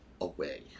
away